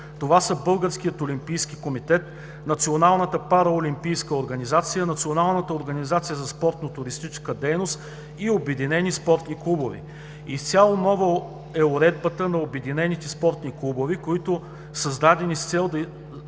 Това са Българският олимпийски комитет, Националната параолимпийска организация, Националната организация за спортно-туристическа дейност и обединени спортни клубове. Изцяло нова е уредбата на обединените спортни клубове, които са създадени с цел